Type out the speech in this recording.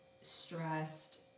stressed